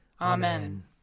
Amen